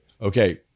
Okay